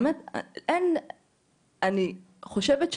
אני חושבת,